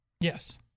Yes